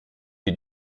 die